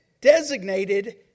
designated